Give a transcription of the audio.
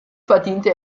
verdiente